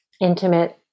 intimate